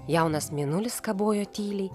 jaunas mėnulis kabojo tyliai